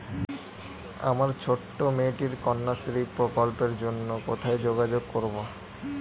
আমার ছোট্ট মেয়েটির কন্যাশ্রী প্রকল্পের জন্য কোথায় যোগাযোগ করব?